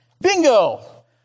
Bingo